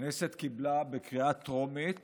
הכנסת קיבלה בקריאה טרומית